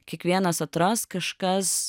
kiekvienas atras kažkas